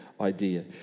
idea